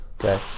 Okay